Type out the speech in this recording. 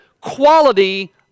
quality